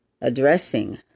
addressing